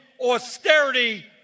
austerity